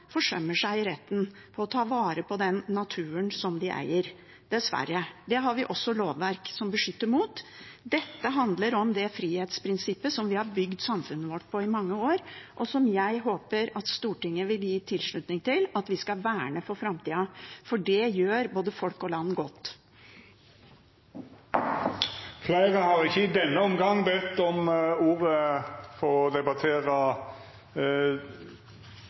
forsømmer seg i å ta vare på den naturen de eier – dessverre. Det har vi også lovverk som beskytter mot. Dette handler om det frihetsprinsippet vi har bygd samfunnet vårt på i mange år, og som jeg håper at Stortinget vil gi tilslutning til at vi skal verne for framtida, for det gjør både folk og land godt. Fleire har ikkje bedt om ordet